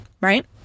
right